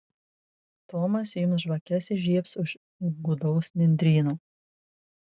tomas jums žvakes įžiebs už gūdaus nendryno